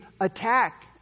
attack